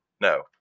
No